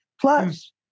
Plus